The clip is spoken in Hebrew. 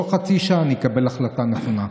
שבתוך חצי שעה אני אקבל החלטה נכונה.